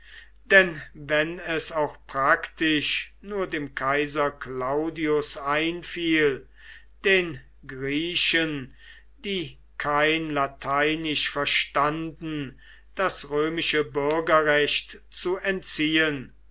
denn wenn es auch praktisch nur dem kaiser claudius einfiel den griechen die kein lateinisch verstanden das römische bürgerrecht zu entziehen